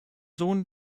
sohn